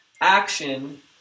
Action